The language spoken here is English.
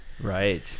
Right